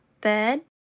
bed